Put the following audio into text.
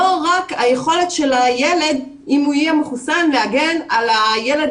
לא רק היכולת של הילד אם הוא מחוסן להגן על הילד